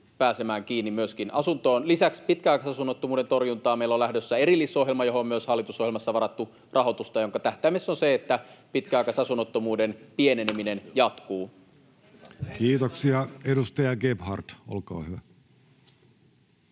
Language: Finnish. pääsemään kiinni myöskin asuntoon. Lisäksi pitkäaikaisasunnottomuuden torjuntaan meillä on lähdössä erillisohjelma, johon myös hallitusohjelmassa on varattu rahoitusta ja jonka tähtäimessä on se, että pitkäaikaisasunnottomuuden pieneneminen jatkuu. [Speech 695] Speaker: